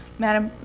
madam,